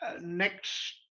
next